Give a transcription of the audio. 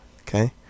okay